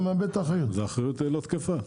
למעשה האחריות לא תקפה.